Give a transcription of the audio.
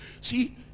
See